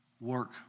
work